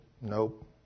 Nope